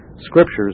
Scriptures